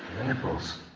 nipples.